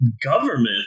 government